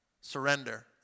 surrender